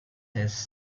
has